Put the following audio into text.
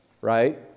right